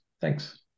Thanks